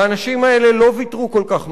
האנשים האלה לא ויתרו כל כך מהר,